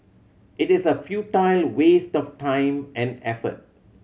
it is a futile waste of time and effort